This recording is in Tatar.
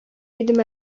идем